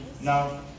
Now